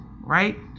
Right